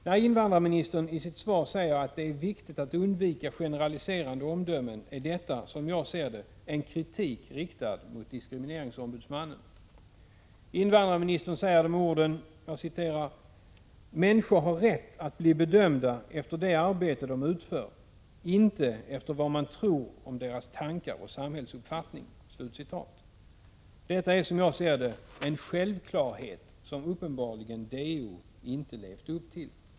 När invandrarministern i sitt svar skriver att det är viktigt att undvika generaliserande omdömen är detta, som jag ser det, en kritik riktad mot diskrimineringsombudsmannen. Invandrarministern använder följande ord: ”=— människor har rätt att bli bedömda efter det arbete de utför, inte efter vad man tror om deras tankar och samhällsuppfattning”. Detta är, enligt min mening, en självklarhet som DO uppenbarligen inte har levt upp till.